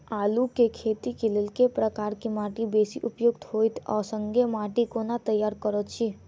आलु केँ खेती केँ लेल केँ प्रकार केँ माटि बेसी उपयुक्त होइत आ संगे माटि केँ कोना तैयार करऽ छी?